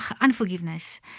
unforgiveness